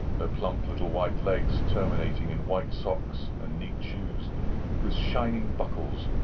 her plump little white legs terminating in white socks and neat shoes with shining buckles,